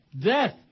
death